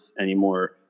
anymore